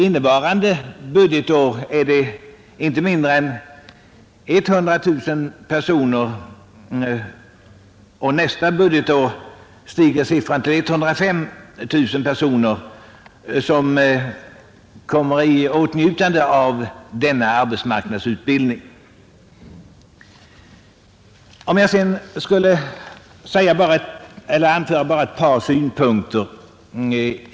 Innevarande budgetår är det inte mindre än 100 000 personer och nästa budgetår stiger siffran till 105 000 personer som kommer i åtnjutande av arbetsmarknadsutbildning.